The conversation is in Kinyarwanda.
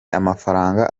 amafaranga